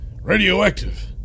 radioactive